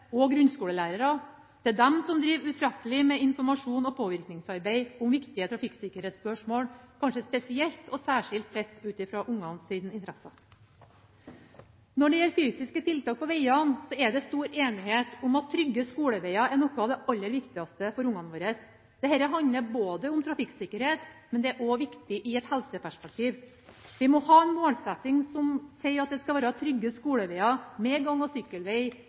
og grunnskolelærere, og det er de som driver utrettelig med informasjons- og påvirkningsarbeid om viktige trafikksikkerhetsspørsmål, kanskje spesielt sett ut fra ungenes interesser. Når det gjelder fysiske tiltak på vegene, er det stor enighet om at trygge skoleveger er noe av det aller viktigste for ungene våre. Dette handler om trafikksikkerhet, men det er også viktig i et helseperspektiv. Vi må ha en målsetting som sier at det skal være trygge skoleveger med gang- og